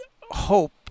hope